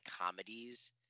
comedies